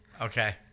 Okay